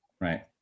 right